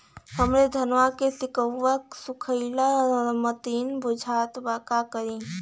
हमरे धनवा के सीक्कउआ सुखइला मतीन बुझात बा का करीं?